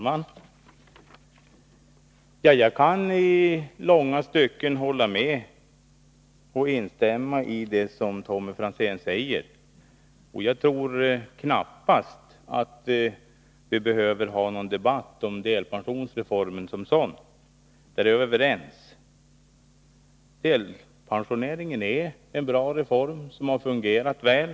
Herr talman! Jag kan i långa stycken instämma i det som Tommy Franzén säger. Jag tror knappast att vi behöver ha någon debatt om delpensionsreformen som sådan. På den punkten är vi överens. Delpensioneringen är en bra reform, som har fungerat väl.